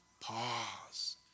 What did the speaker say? pause